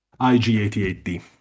IG88D